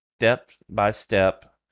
step-by-step